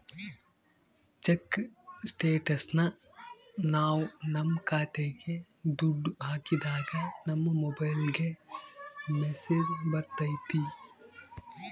check ಸ್ಟೇಟಸ್ನ ನಾವ್ ನಮ್ ಖಾತೆಗೆ ದುಡ್ಡು ಹಾಕಿದಾಗ ನಮ್ ಮೊಬೈಲ್ಗೆ ಮೆಸ್ಸೇಜ್ ಬರ್ತೈತಿ